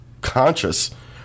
conscious